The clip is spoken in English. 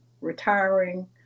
retiring